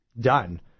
Done